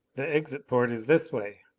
the exit port is this way.